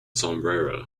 sombrero